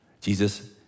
Jesus